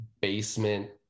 basement